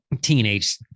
teenage